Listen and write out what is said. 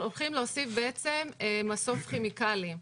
הולכים להוסיף מסוף כימיקלים,